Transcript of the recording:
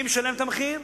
מי משלם את המחיר?